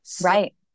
Right